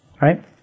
Right